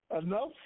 Enough